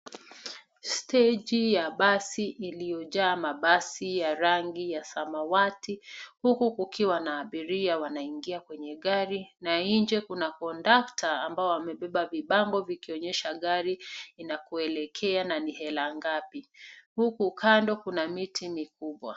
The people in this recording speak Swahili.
Steji ya basi iliyojaa mabasi ya rangi ya samawati huku kukiwa na abiria wanaingia kwenye gari na nje kuna kondakta ambao wamebeba vibango vikionyesha gari inakoelekea na ni hela ngapi huku kando kuna miti mikubwa.